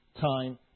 time